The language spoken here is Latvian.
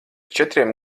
četriem